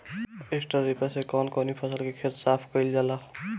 Straw reaper से कवन कवनी फसल के खेत साफ कयील जाला?